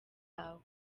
aho